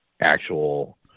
actual